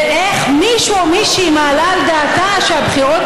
ואיך מישהו או מישהי מעלה על דעתה שהבחירות